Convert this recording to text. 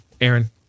Aaron